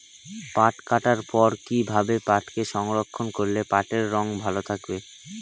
পাট কাটার পর কি ভাবে পাটকে সংরক্ষন করলে পাটের রং ভালো থাকে?